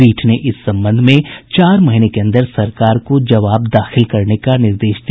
पीठ ने इस संबंध में चार महीने के अन्दर सरकार को जवाब दाखिल करने का निर्देश दिया